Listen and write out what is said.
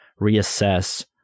reassess